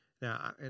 Now